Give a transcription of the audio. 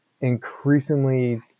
increasingly